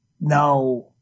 now